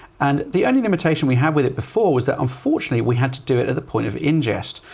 and the only limitation we have with it before was that unfortunately we had to do it at the point of ingest.